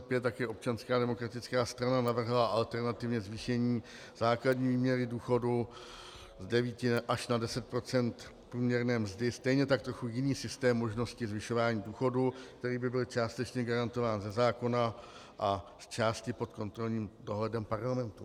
U sněmovního tisku 725 také občanská demokratická strana navrhla alternativně zvýšení základní výměry důchodu z devíti až na deset procent průměrné mzdy, stejně tak trochu jiný systém možnosti zvyšování důchodů, který by byl částečně garantován ze zákona a zčásti pod kontrolním dohledem Parlamentu.